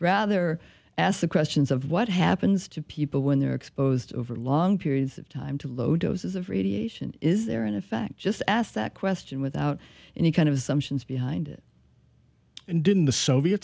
rather ask the questions of what happens to people when they're exposed over long periods of time to low doses of radiation is there and in fact just asked that question without any kind of assumptions behind it and didn't the soviet